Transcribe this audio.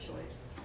choice